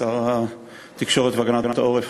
שר התקשורת והגנת העורף,